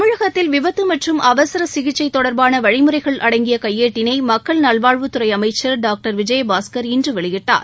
தமிழகத்தில் விபத்து மற்றும் அவசர சிகிச்சை தொடர்பான வழிமுறைகள் அடங்கிய கையேட்டினை மக்கள் நல்வாழ்வுத்துறை அமைச்சா் டாக்டர் விஜயபாஸ்கா் இன்று வெளியிட்டார்